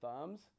thumbs